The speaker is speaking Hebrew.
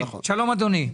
שלום אדוני.